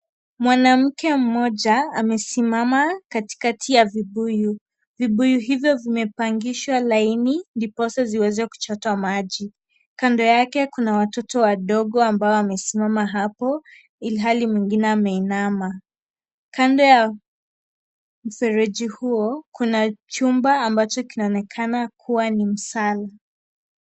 Mwanamke mmoja amesimama katikati ya vibuyu. Vibuyu hivyo vimepangishwa laini ndiposa ziweze kuchota maji. Kando yake kuna watoto wadogo ambao wamesimama hapo, ilhali mwingine ameinama. Kando ya mfereji huo kuna chumba ambacho kinaonekana kuwa ni msala.